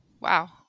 Wow